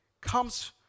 comes